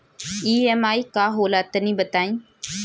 EMI का होला तनि बताई?